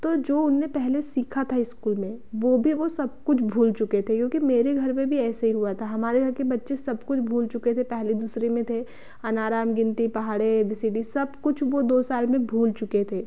तो जो उनमें पहले सीखा था इस्कूल में वो भी वो सब कुछ भूल चुके थे क्योकि मेरे घर में भी ऐसे ही हुआ था हमारे घर के बच्चे सब कुछ भूल चुके थे पहले दूसरे में थे अनाराम गिनती पहाड़े ए बी सी डी सब कुछ वो दो साल में भूल चुके थे